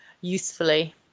usefully